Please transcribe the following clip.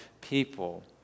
people